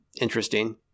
interesting